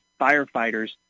firefighters